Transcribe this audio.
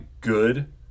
good